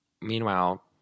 Meanwhile